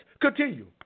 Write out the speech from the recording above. continue